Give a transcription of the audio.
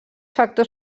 factors